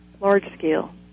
large-scale